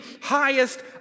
highest